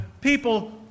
people